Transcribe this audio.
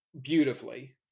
beautifully